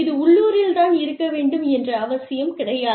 இது உள்ளூரில் தான் இருக்க வேண்டும் என்ற அவசியம் கிடையாது